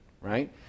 right